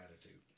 attitude